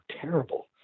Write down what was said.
terrible